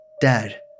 Dad